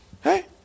Hey